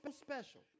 special